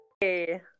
Hey